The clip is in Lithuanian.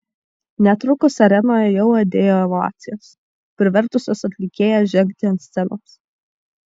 netrukus arenoje jau aidėjo ovacijos privertusios atlikėją žengti ant scenos